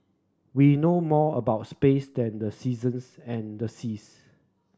we know more about space than the seasons and the seas